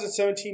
2017